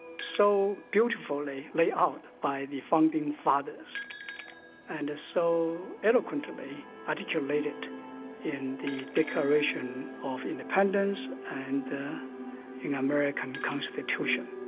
so beautifully laid out by the founding fathers and so eloquently articulated in the declaration of independence and the american constitution.